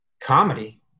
comedy